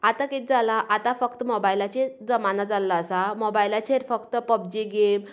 आता कितें जाला आता फक्त मोबायलाचेर जमाना जाल्लो आसा मोबायलाचेर फक्त पब्जी गेम